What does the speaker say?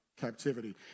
captivity